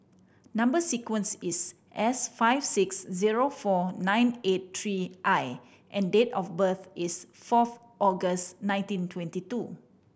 number sequence is S five six zero four nine eight three I and date of birth is fourth August nineteen twenty two